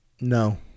No